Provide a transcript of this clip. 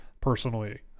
personally